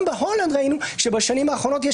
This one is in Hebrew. גם בהולנד ראינו שבשנים האחרונות יש